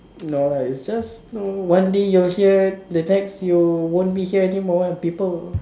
no lah its just know one day you're here the next you won't be here anymore and people will